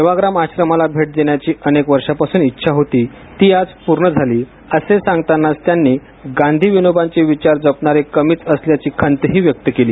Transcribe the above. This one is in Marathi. सेवाग्राम आश्रमला भेट देण्याची अनेक वर्षांपासून ईच्छा होती ती आज पूर्ण झाली असे सांगतानाच त्यांनी गांधी विनोबांचे विचार जपणारे कमीच असल्याची खंतही व्यक्त केली